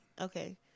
Okay